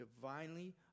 divinely